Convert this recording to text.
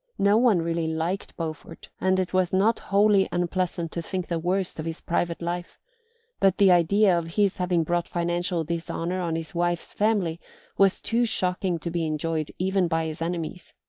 no one really liked beaufort, and it was not wholly unpleasant to think the worst of his private life but the idea of his having brought financial dishonour on his wife's family was too shocking to be enjoyed even by his enemies.